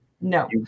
No